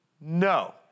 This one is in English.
No